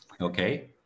Okay